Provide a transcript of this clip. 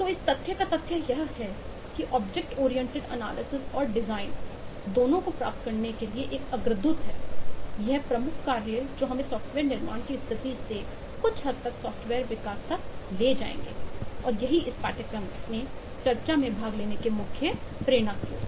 तो इस तथ्य का तथ्य यह है कि ऑब्जेक्ट ओरिएंटेड एनालिसिस और डिजाइन दोनों को प्राप्त करने के लिए एक अग्रदूत है ये प्रमुख कार्य जो हमें सॉफ्टवेयर निर्माण की स्थिति से कुछ हद तक सॉफ्टवेयर विकास तक ले जाएंगे और यही इस पाठ्यक्रम में चर्चा में भाग लेने के मुख्य प्रेरणा हैं